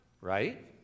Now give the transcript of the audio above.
right